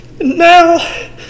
now